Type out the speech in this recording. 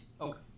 Okay